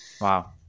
Wow